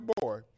boy